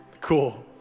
Cool